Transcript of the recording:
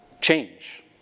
change